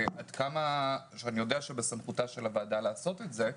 עד כמה שאני יודע בסמכותה של הוועדה לעשות את זה,